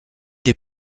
des